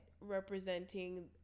representing